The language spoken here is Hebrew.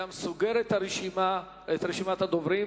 מצד שני, הפלסטיני שמגיע עובד לפרנסתו.